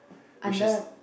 which is